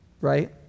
right